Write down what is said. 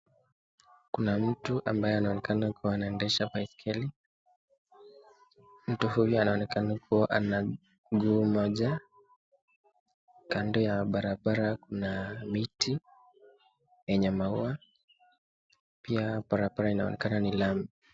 Kuna mtu ambaye anaonekana kuendesha baskeli, mtu huyu ana mguu moja kando ya barabara kuna miti yenye maua pia barabara inaonekana ni lamu.